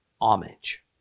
homage